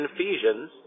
Ephesians